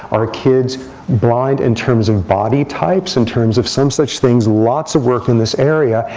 are kids blind in terms of body types, in terms of some such things? lots of work in this area,